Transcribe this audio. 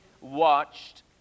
watched